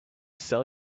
sell